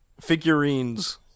Figurines